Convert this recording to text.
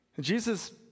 Jesus